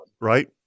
right